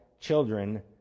children